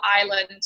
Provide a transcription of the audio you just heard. island